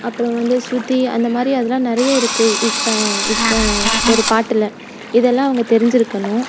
அப்புறோ வந்து ஸ்ருதி அந்த மாதிரி அதெல்லாம் நிறைய இருக்குது ஒரு பாட்டில் இதெல்லாம் அவங்க தெரிஞ்சுருக்கணும்